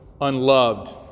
unloved